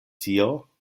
tio